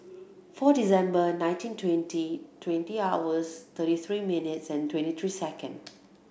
four December nineteen twenty twenty hours thirty three minutes and twenty three second